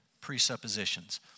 Presuppositions